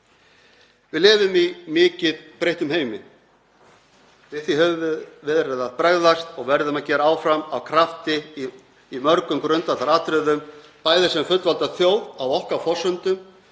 Við lifum í mikið breyttum heimi. Við því höfum við verið að bregðast og verðum að gera áfram af krafti í mörgum grundvallaratriðum, bæði sem fullvalda þjóð á okkar forsendum,